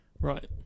Right